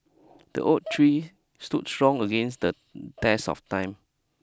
the oak tree stood strong against the test of time